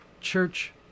church